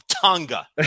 Tonga